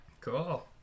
Cool